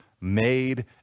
made